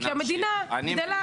כי המדינה גדלה.